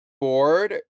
board